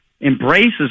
embraces